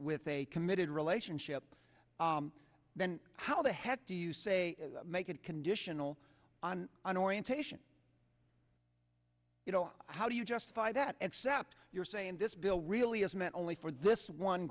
with a committed relationship then how the heck do you say make it conditional on an orientation you know how do you justify that except you're saying this bill really is meant only for this one